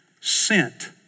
Sent